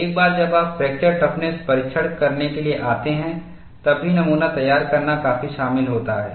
एक बार जब आप फ्रैक्चर टफ़्नस परीक्षण करने के लिए आते हैं तब भी नमूना तैयार करना काफी शामिल होता है